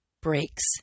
breaks